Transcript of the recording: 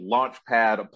Launchpad